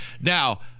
Now